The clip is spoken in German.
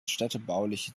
städtebauliche